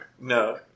No